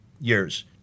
years